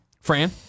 Fran